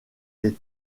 les